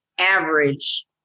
average